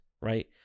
Right